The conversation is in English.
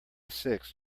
six